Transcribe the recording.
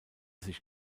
sich